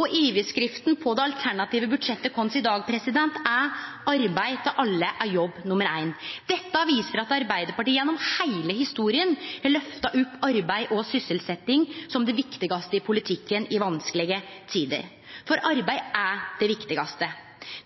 Og overskrifta på vårt alternative budsjett i dag er: «Arbeid til alle er jobb nummer 1». Dette viser at Arbeidarpartiet gjennom heile historia har løfta opp arbeid og sysselsetjing som det viktigaste i politikken i vanskelege tider. For arbeid er det viktigaste.